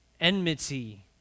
enmity